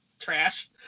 trash